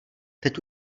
teď